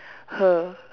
her